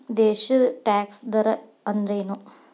ದೇಶದ್ ಟ್ಯಾಕ್ಸ್ ದರ ಅಂದ್ರೇನು?